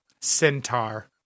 centaur